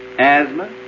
asthma